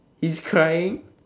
he's crying